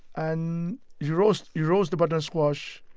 and you roast you roast the butternut squash.